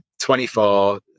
24